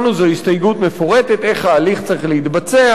זו הסתייגות מפורטת איך ההליך צריך להתבצע.